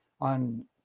on